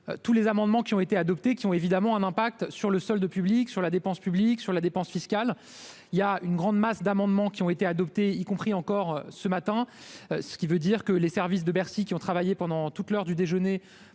tous les amendements qui ont été adoptés, qui ont évidemment un impact sur le sol de public sur la dépense publique sur la dépense fiscale il y a une grande masse d'amendements qui ont été adoptées, y compris encore ce matin, ce qui veut dire que les services de Bercy qui ont travaillé pendant toute l'heure du déjeuner